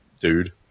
dude